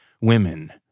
women